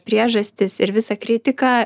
priežastis ir visą kritiką